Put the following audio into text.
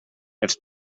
els